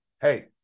hey